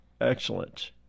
excellent